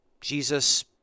Jesus